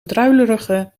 druilerige